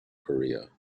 korea